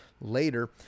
later